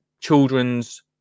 children's